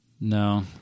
No